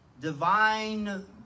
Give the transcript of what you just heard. divine